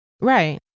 Right